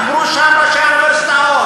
דיברו שם ראשי האוניברסיטאות,